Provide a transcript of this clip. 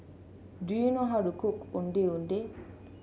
do you know how to cook Ondeh Ondeh